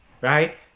right